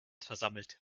versammelt